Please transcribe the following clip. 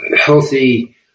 healthy